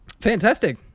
Fantastic